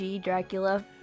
Dracula